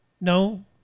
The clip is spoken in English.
No